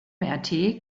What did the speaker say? mrt